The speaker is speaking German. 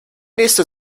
nächste